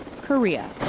Korea